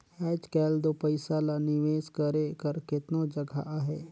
आएज काएल दो पइसा ल निवेस करे कर केतनो जगहा अहे